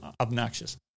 obnoxious